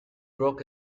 broke